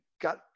got